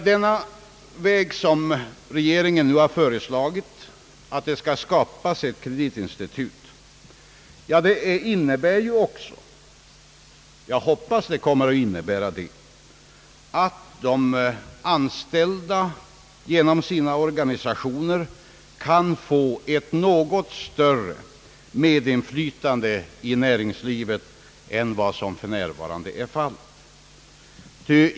Den väg som regeringen nu har föreslagit, d. v. s. att det skall skapas ett kreditinstitut, innebär också, hoppas jag, ait de anstälda genom sina organisationer kommer att få ett något större medinflytande i näringslivet än vad som för närvarande är fallet.